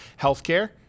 healthcare